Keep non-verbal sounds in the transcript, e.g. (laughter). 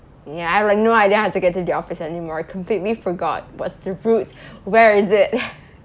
ya I have no idea how to get to the office anymore completely forgot what's the route where is it (laughs)